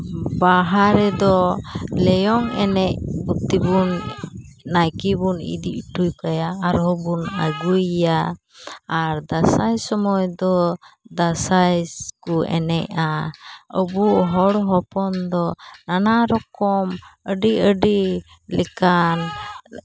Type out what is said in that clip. ᱵᱟᱦᱟ ᱨᱮᱫᱚ ᱞᱮᱭᱚᱝ ᱮᱱᱮᱡ ᱛᱮᱵᱚᱱ ᱱᱟᱭᱠᱮ ᱵᱚᱱ ᱤᱫᱤ ᱦᱚᱴᱚ ᱠᱟᱭᱟ ᱟᱨᱦᱚᱸ ᱵᱚᱱ ᱟᱹᱜᱩᱭᱮᱭᱟ ᱟᱨ ᱫᱟᱸᱥᱟᱭ ᱥᱚᱢᱚᱭ ᱫᱚ ᱫᱟᱸᱥᱟᱭ ᱠᱚ ᱮᱱᱮᱡᱼᱟ ᱟᱵᱚ ᱦᱚᱲ ᱦᱚᱯᱚᱱ ᱫᱚ ᱱᱟᱱᱟ ᱨᱚᱠᱚᱢ ᱟᱹᱰᱤ ᱟᱹᱰᱤ ᱞᱮᱠᱟᱱ